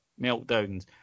meltdowns